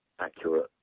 accurate